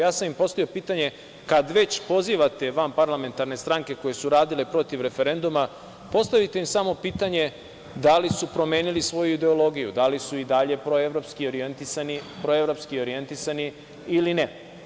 Ja sam im postavio pitanje, kada već pozivate vanparlamentarne stranke koje su radile protiv referenduma, postavite im samo pitanje da li su promenili svoju ideologiju, da li su i dalje proevropski orijentisani ili ne?